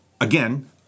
again